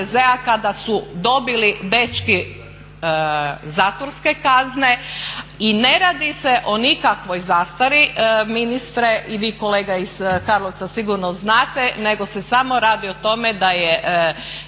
kada su dobili dečki zatvorske kazne? I ne radi se o nikakvoj zastari, ministre i vi kolega iz Karlovca sigurno znate, nego se samo radi o tome da je